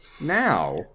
now